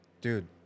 dude